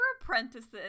apprentices